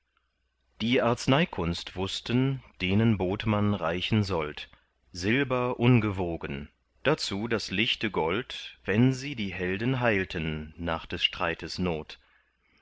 die arzneikunst wußten denen bot man reichen sold silber ungewogen dazu das lichte gold wenn sie die helden heilten nach des streites not